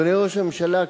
אדוני ראש הממשלה,